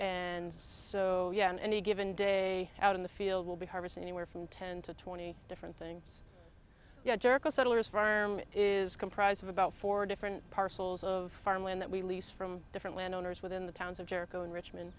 and so yeah on any given day out in the field will be harvesting anywhere from ten to twenty different things jericho settlers farm is comprised of about four different parcels of farmland that we lease from different landowners within the towns of jericho and richmond